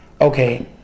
okay